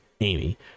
Amy